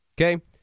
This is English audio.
Okay